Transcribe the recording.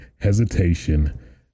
hesitation